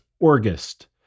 August